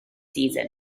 season